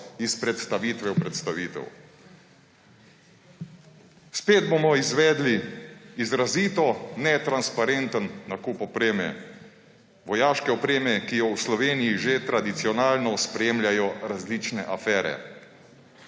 iz predstavitve v predstavitev. Spet bomo izvedli izrazito netransparenten nakup opreme, vojaške opreme, ki jo v Sloveniji že tradicionalno spremljajo različne afere.